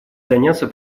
заняться